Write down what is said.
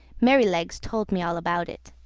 merrylegs told me all about it.